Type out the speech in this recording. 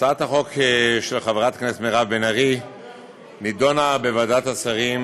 הצעת החוק של חברת הכנסת מירב בן ארי נדונה בוועדת השרים